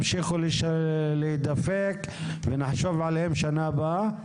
ימשיכו להידפק ונחשוב עליהם שנה הבאה?